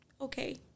okay